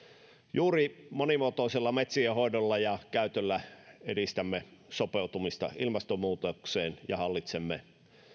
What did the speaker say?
juuri monimuotoisella metsien hoidolla ja käytöllä edistämme sopeutumista ilmastonmuutokseen ja hallitsemme